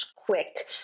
quick